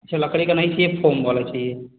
अच्छा लकड़ी का नहीं चाहिये फोम वाला चाहिये